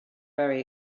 very